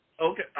Okay